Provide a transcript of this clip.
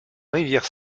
rivière